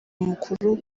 mukuru